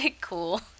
cool